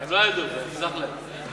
הם לא ידעו, תסלח להם.